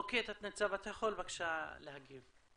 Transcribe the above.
אוקיי, תת ניצב, אתה יכול, בבקשה, להגיב.